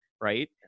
right